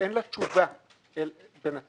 שאין לה תשובה בינתיים.